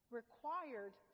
Required